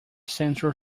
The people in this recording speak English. central